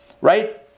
right